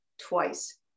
twice